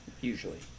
usually